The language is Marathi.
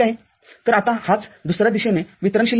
तर आता हाच दुसर्या दिशेने वितरणशील नियम आहे